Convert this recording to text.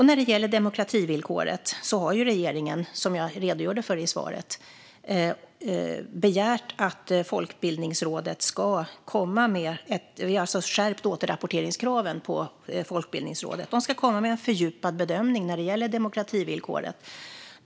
När det gäller demokrativillkoret har regeringen, som jag redogjorde för i mitt svar, skärpt återrapporteringskraven på Folkbildningsrådet. De ska komma med en fördjupad bedömning när det gäller demokrativillkoret.